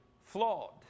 flawed